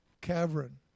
cavern